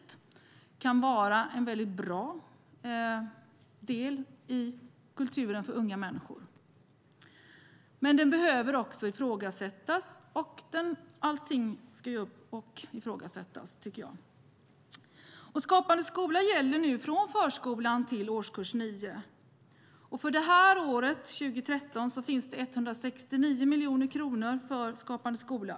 Det kan vara en mycket bra del i kulturen för unga människor. Men den behöver också ifrågasättas - allt ska ju ifrågasättas, tycker jag. Skapande skola gäller nu från förskolan till årskurs 9. För det här året, 2013, finns det 169 miljoner kronor för Skapande skola.